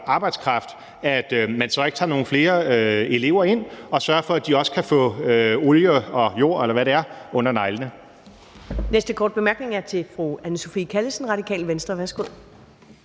arbejdskraft, at man så ikke tager nogle flere elever ind og sørger for, at de også kan få olie og jord, eller hvad det er, under neglene.